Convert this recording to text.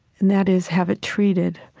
and that is, have it treated.